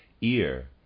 ear